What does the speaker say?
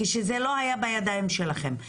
כשזה לא היה בידיים שלכם,